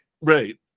Right